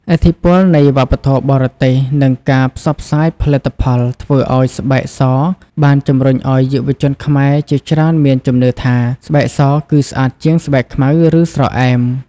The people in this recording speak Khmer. ឥទ្ធិពលនៃវប្បធម៌បរទេស និងការផ្សព្វផ្សាយផលិតផលធ្វើឲ្យស្បែកសបានជំរុញឲ្យយុវជនខ្មែរជាច្រើនមានជំនឿថា ស្បែកសគឺស្អាតជាង ស្បែកខ្មៅ ឬស្រអែម។